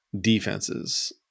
defenses